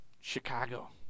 Chicago